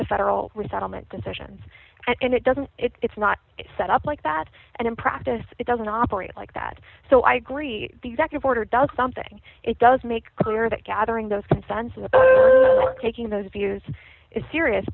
the federal resettlement decisions and it doesn't it's not set up like that and in practice it doesn't operate like that so i agree the executive order does something it does make clear that gathering those consensus or taking those views is serious